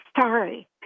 sorry